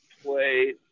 play